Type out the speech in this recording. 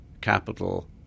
capital